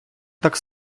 так